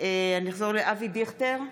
אבי דיכטר,